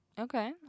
Okay